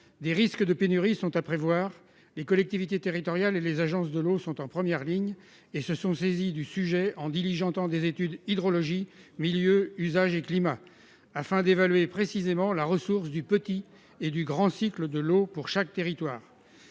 des risques de pénuries sont à prévoir. Les collectivités territoriales et les agences de l'eau sont en première ligne et se sont saisies du sujet en diligentant des études hydrologie, milieux, usages, climat (HMUC), afin d'évaluer précisément la ressource du petit et du grand cycle de l'eau pour chaque territoire.